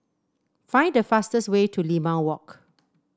find the fastest way to Limau Walk